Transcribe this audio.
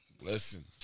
Listen